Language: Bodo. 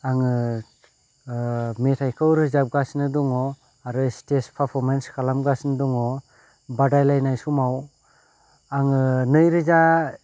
आङो मेथाइखौ रोजाबगासिनो दङ आरो स्तेज पारफरमेन्स खालामगासिनो दङ बादायलायनाय समाव आङो नै रोजा